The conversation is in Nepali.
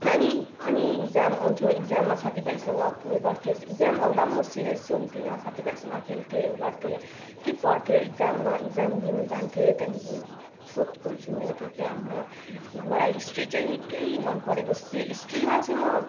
अनि अनि इक्जाम आउँथ्यो इक्जाममा साथीभाइसँग उयो गर्थेँ इक्जाम आउँदा म सिरियस चाहिँ हुन्थिनँ साथीभाइसँग खेल्थेँ उयो गर्थेँ ती पढ्थेँ इक्जाममा इक्जाम दिनु जान्थेँ त्यहाँदेखि सोध खोज हुन्थ्यो कि के हाम्रो मलाई हिस्ट्री चाहिँ निक्कै मन परेको सि हिस्ट्रिमा चाहिँ म